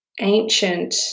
ancient